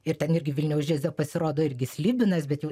ir ten irgi vilniaus džiaze pasirodo irgi slibinas bet jau